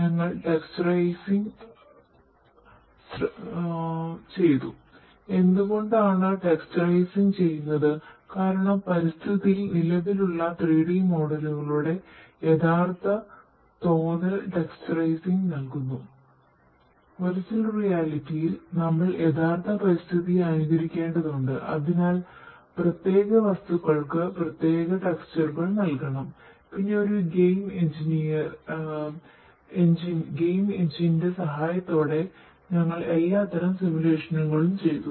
3D മോഡലിംഗിന് ചെയ്തു